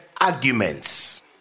arguments